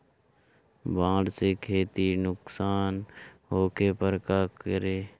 बाढ़ से खेती नुकसान होखे पर का करे?